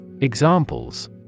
Examples